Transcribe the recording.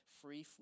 free